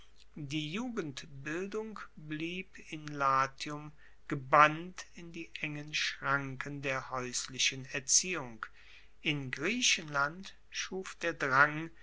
die jugendbildung blieb in latium gebannt in die engen schranken der haeuslichen erziehung in griechenland schuf der drang